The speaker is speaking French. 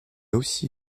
aussi